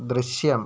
ദൃശ്യം